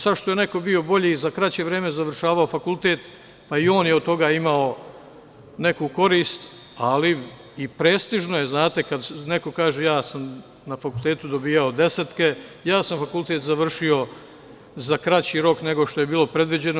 Sad što je neko bio bolji i za kraće vreme završavao fakultet, pa i on je od toga imao neku korist, ali i prestižno je kad neko kaže - ja sam na fakultetu dobijao desetke, ja sam fakultet završio za kraći rok, nego što je bilo predviđeno.